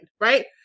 right